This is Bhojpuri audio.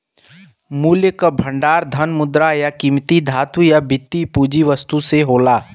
मूल्य क भंडार धन, मुद्रा, या कीमती धातु या वित्तीय पूंजी वस्तु होला